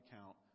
account